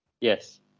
Yes